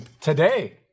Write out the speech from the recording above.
today